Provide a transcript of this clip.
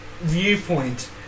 viewpoint